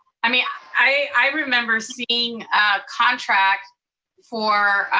i mean i remember seeing a contract for,